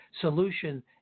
solution